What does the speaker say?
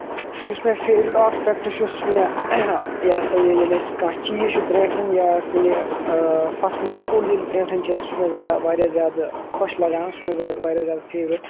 یُس مےٚ favourite aspect چھُ سُہ چھُ مےٚ یہِ ہَسا یہِ ییٚلہِ اَسہِ کانٛہہ چیٖز چھُ درٛینٛٹھَن یا کُنہِ فَصلُک کُل ییٚلہِ درٛینٛٹھَن چھِ اَسہِ سُہ چھُ مےٚ واریاہ زیادٕ خوش لَگان سُہ چھُ مےٚ زیادٕ واریاہ زیادٕ فیورِٹ